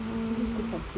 mm